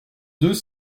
deux